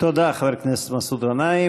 תודה, חבר הכנסת מסעוד גנאים.